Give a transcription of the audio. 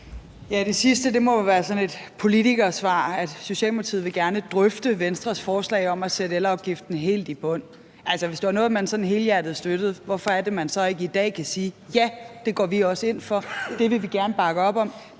Det sidste må jo være sådan et politikersvar, nemlig at Socialdemokratiet gerne vil drøfte Venstres forslag om at banke elafgiften helt i bund. Hvis det var noget, man sådan helhjertet støttede, hvorfor kunne man så ikke i dag sige: Ja, det går vi også ind for, og det vil vi gerne bakke op om,